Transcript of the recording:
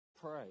pray